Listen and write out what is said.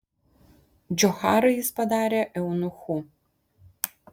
džocharą jis padarė eunuchu